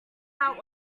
vault